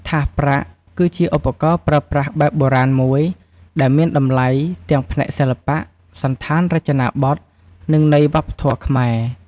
ថាសប្រាក់ គឺជាឧបករណ៍ប្រើប្រាស់បែបបុរាណមួយដែលមានតម្លៃទាំងផ្នែកសិល្បៈ សណ្ឋានរចនាបថ និងន័យវប្បធម៌ខ្មែរ។